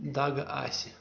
دَگ آسہِ